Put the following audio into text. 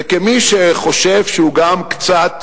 וכמי שחושב שהוא גם קצת